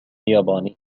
ياباني